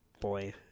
boy